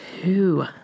two